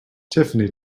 tiffany